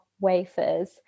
wafers